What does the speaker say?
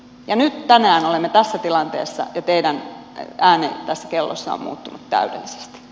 ja tänään olemme tässä tilanteessa ja teidän äänenne kellossa on muuttunut täydellisesti